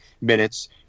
minutes